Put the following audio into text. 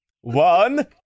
One